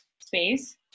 space